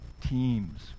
teams